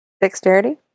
Dexterity